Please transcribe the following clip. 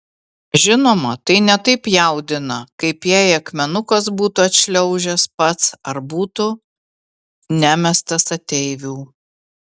žinoma tai ne taip jaudina kaip jei akmenukas būtų atšliaužęs pats ar būtų nemestas ateivių